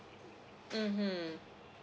mmhmm